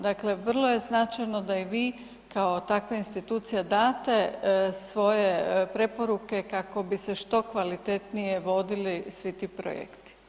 Dakle, vrlo je značajno da i vi kao takve institucije date svoje preporuke kako bi se što kvalitetnije vodili svi ti projekti.